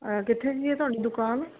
ਕਿੱਥੇ ਹੈ ਜੀ ਇਹ ਤੁਹਾਡੀ ਦੁਕਾਨ